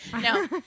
No